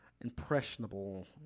impressionable